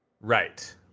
Right